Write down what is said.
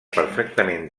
perfectament